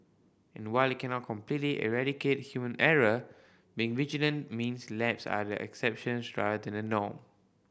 and while it cannot completely eradicate human error being vigilant means lapses are the exceptions rather than the norm